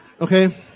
okay